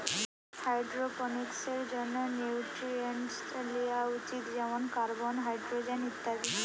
হাইড্রোপনিক্সের জন্যে নিউট্রিয়েন্টস লিয়া উচিত যেমন কার্বন, হাইড্রোজেন ইত্যাদি